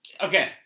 Okay